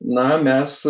na mes